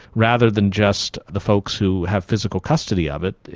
rather than just the folks who have physical custody of it,